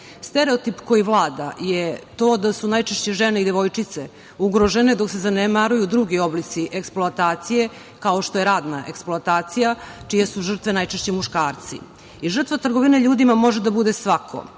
Stereotip koji vlada je to da su najčešće žene i devojčice ugrožene, dok se zanemaruju drugi oblici eksploatacije, kao što je radna eksploatacija, čije su žrtve najčešće muškarci i žrtva trgovine ljudima može da bude svako